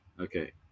Okay